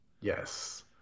Yes